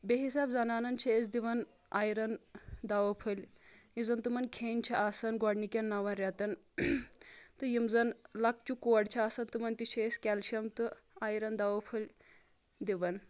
بیٚیہِ حسابہٕ زنانن چھِ أسۍ دِوان آیَرَن دوہ پھٔلۍ یُس زن تِمن کھیٚنۍ چھِ آسان گۄڈنِکؠن نون رؠتن تہٕ یِم زن لۄکچہِ کورِ چھِ آسان تِمن تہِ چھِ أسۍ کیلشَم تہٕ آیرین دوا پھٔلۍ دِوان